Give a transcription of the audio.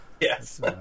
Yes